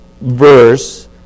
verse